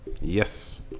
Yes